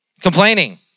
complaining